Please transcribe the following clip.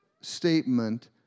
statement